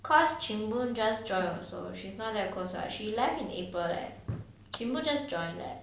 cause ching boon just join also she's not that close right she left in april leh ching boon just join leh